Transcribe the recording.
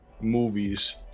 movies